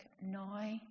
now